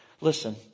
Listen